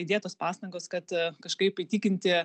įdėtos pastangos kad kažkaip įtikinti